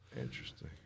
Interesting